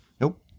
nope